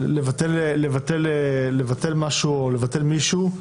לבטל משהו או לבטל מישהו.